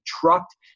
trucked